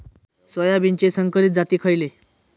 सोयाबीनचे संकरित जाती खयले?